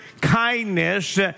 kindness